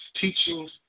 teachings